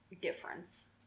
difference